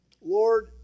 Lord